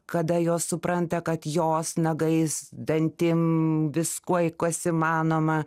kada jos supranta kad jos nagais dantim viskuo kas įmanoma